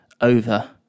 over